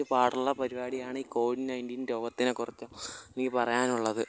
പാടുള്ള പരിപടിയാണ് ഈ കോവിഡ് നയൻ്റീൻ രോഗത്തിനെക്കുറിച്ച് എനിക്ക് പറയാനുള്ളത്